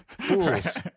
Fools